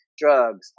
drugs